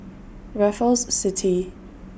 Raffles City